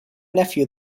nephew